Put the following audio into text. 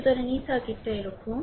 সুতরাং এই সার্কিটটি এরকম